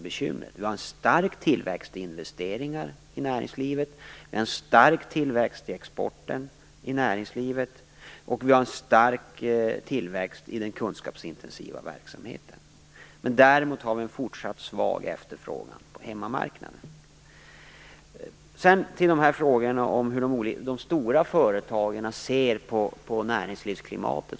Vi har en stark tillväxt av investeringar i näringslivet, en stark tillväxt av exporten i näringslivet och en stark tillväxt av den kunskapsintensiva verksamheten. Däremot har vi en fortsatt svag efterfrågan på hemmamarknaden. Låt mig sedan gå över till frågorna om hur de stora företagen ser på näringslivsklimatet.